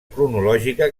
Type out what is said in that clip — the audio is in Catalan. cronològica